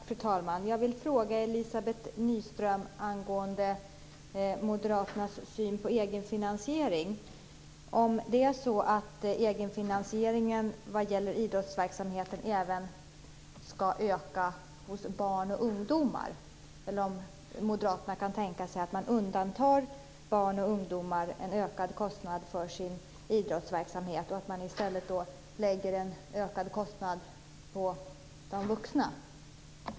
Fru talman! Jag vill fråga Elizabeth Nyström angående Moderaternas syn på egenfinansiering. Är det så att egenfinansieringen vad gäller idrottsverksamheten även skall öka bland barn och ungdomar? Eller kan Moderaterna tänka sig att man undantar barn och ungdomar en ökad kostnad för deras idrottsverksamhet och att man i stället lägger en ökad kostnad på de vuxna?